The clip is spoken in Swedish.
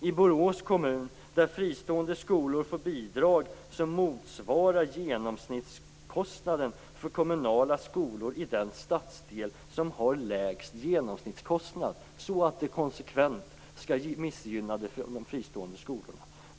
I Borås kommun får fristående skolor bidrag som motsvarar genomsnittskostnaden för kommunala skolor i den stadsdel som har lägst genomsnittskostnad, så att det konsekvent skall missgynna de fristående skolorna.